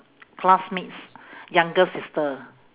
classmates' younger sister